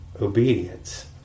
obedience